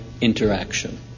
interaction